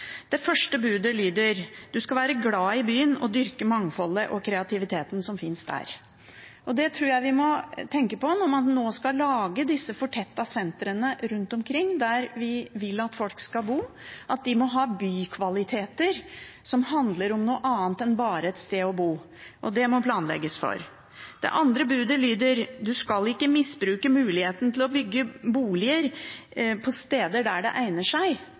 Det første budet lyder: Du skal være glad i byen og dyrke mangfoldet og kreativiteten som finnes der. Det tror jeg vi må tenke på når man nå skal lage disse fortettede sentrene rundt omkring, der vi vil at folk skal bo – at de må ha bykvaliteter som handler om noe annet enn bare et sted å bo. Det må det planlegges for. Det andre budet lyder: Du skal ikke misbruke muligheten til å bygge boliger på steder der det egner seg.